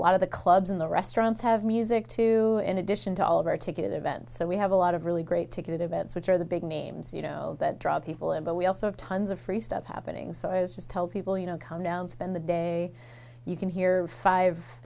lot of the clubs in the restaurants have music too in addition to all of our ticket events so we have a lot of really great ticket events which are the big names you know that draw people in but we also have tons of free stuff happening so i was just tell people you know come down spend the day you can hear five